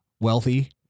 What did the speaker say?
wealthy